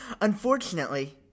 Unfortunately